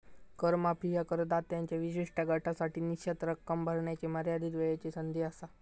कर माफी ह्या करदात्यांच्या विशिष्ट गटासाठी निश्चित रक्कम भरण्याची मर्यादित वेळची संधी असा